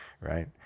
right